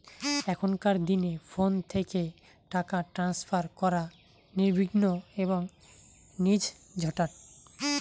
এখনকার দিনে ফোন থেকে টাকা ট্রান্সফার করা নির্বিঘ্ন এবং নির্ঝঞ্ঝাট